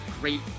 Great